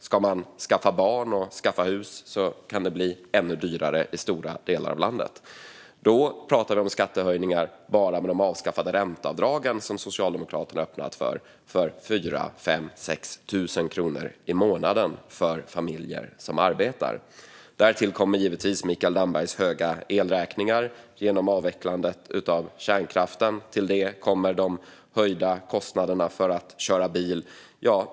Om man ska skaffa barn och hus kan det bli ännu dyrare i stora delar av landet. Då pratar vi om skattehöjningar bara från avskaffandet av ränteavdragen, som Socialdemokraterna har öppnat för, på 4 000, 5 000 eller 6 000 kronor i månaden för familjer som arbetar. Därtill kommer givetvis Mikael Dambergs höga elräkningar genom avvecklandet av kärnkraften. Till detta kommer de höjda kostnaderna för att köra bil.